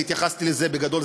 והתייחסתי לזה בגדול,